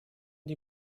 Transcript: die